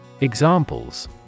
Examples